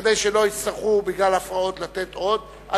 וכדי שלא יצטרכו לתת עוד בגלל הפרעות,